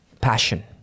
passion